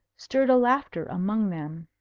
stirred a laughter among them.